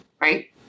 Right